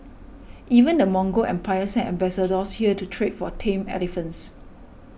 even the Mongol empire sent ambassadors here to trade for tame elephants